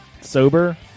sober